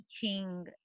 teaching